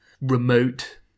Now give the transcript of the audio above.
remote